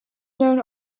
known